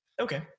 Okay